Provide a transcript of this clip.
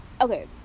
okay